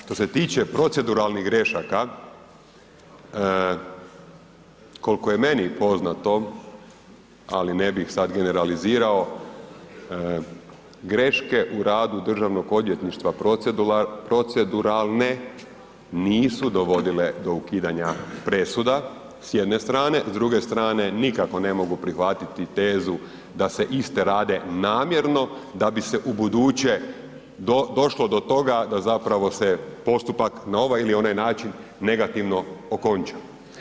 Što se tiče proceduralnih grašaka koliko je meni poznato, ali ne bih sad generalizirao, greške u radu državnog odvjetništva proceduralne nisu dovodile do ukidanja presuda s jedne strane, s druge strane nikako ne mogu prihvatiti tezu da se iste rade namjerno da bi se ubuduće došlo do toga da zapravo se postupak na ovaj ili onaj način negativno okončao.